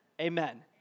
amen